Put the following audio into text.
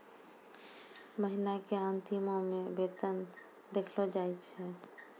महिना के अंतिमो मे वेतन देलो जाय छै